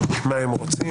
מה הם רוצים.